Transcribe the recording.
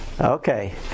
Okay